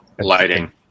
lighting